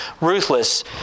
ruthless